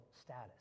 status